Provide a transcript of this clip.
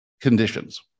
conditions